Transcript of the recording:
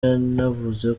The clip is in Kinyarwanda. yanavuze